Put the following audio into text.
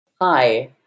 Hi